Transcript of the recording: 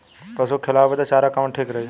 पशु के खिलावे बदे चारा कवन ठीक रही?